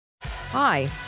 Hi